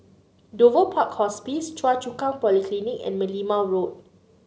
Dover Park Hospice Choa Chu Kang Polyclinic and Merlimau Road